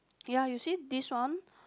ya you see this one